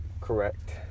Correct